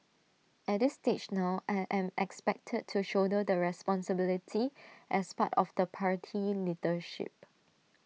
at this stage now I am expected to shoulder the responsibility as part of the party leadership